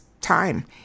time